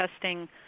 testing